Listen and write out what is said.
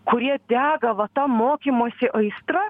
kurie dega va ta mokymosi aistra